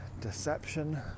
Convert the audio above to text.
deception